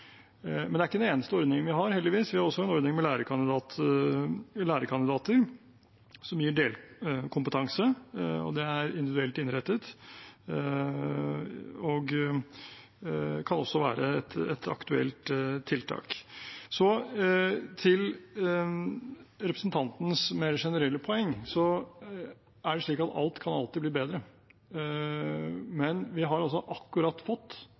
Men det er ikke den eneste ordningen vi har, heldigvis. Vi har også en ordning med lærekandidater som gir delkompetanse. Den er individuelt innrettet og kan også være et aktuelt tiltak. Så til representantens mer generelle poeng: Det er slik at alt alltid kan bli bedre, men vi har akkurat fått